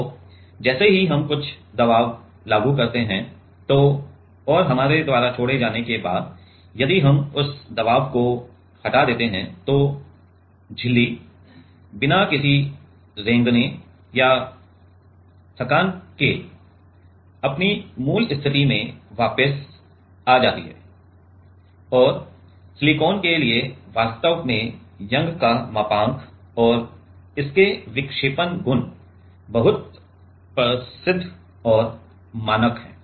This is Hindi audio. तो जैसे ही हम कुछ दबाव लागू करते हैं और हमारे द्वारा छोड़े जाने के बाद यदि हम उस दबाव को हटा देते हैं तो झिल्ली बिना किसी रेंगने या थकान के अपनी मूल स्थिति में वापस आ जाती है और सिलिकॉन के लिए वास्तव में यंग का मापांक और इसके विक्षेपण गुण बहुत प्रसिद्ध और मानक हैं